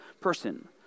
person